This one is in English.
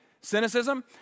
cynicism